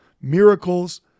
miracles